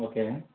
okay